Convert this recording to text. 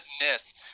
Goodness